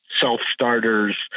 self-starters